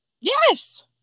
Yes